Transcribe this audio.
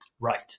Right